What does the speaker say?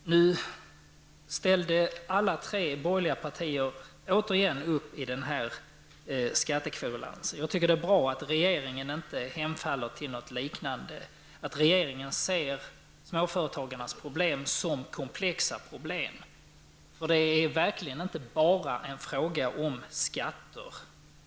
De tre borgerliga partierna ställde åter upp i skattekverulansen. Det är bra att regeringen inte hemfaller till något liknande utan ser småföretagarnas problem såsom komplexa problem. Det är verkligen inte bara en fråga om skatter.